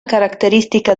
característica